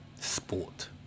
sport